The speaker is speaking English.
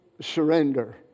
surrender